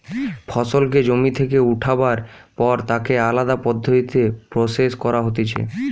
ফসলকে জমি থেকে উঠাবার পর তাকে আলদা পদ্ধতিতে প্রসেস করা হতিছে